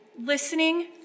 listening